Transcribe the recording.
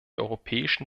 europäischen